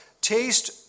Taste